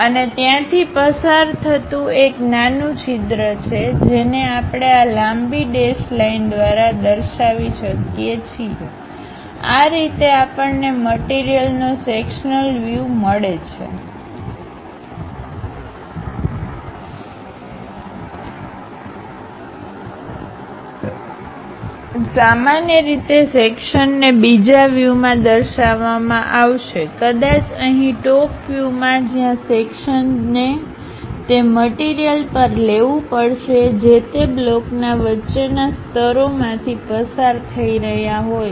અને ત્યાંથી પસાર થતું એક નાનું છિદ્ર છે જેને આપણે આ લાંબી ડેશ લાઇન દ્વારા દર્શાવી શકીએ છીએઆ રીતે આપણને મટીરીયલનો સેક્શનલ વ્યુમળે છે સામાન્ય રીતે સેક્શનને બીજા વ્યુમાં દર્શાવવામાં આવશે કદાચ અહીં ટોપ વ્યુમા જ્યાં સેક્શનને તે મટીરીયલપર લેવુ પડશે જે તે બ્લોકના વચ્ચે ના સ્તરો માંથી પસાર થઈ રહ્યા હોય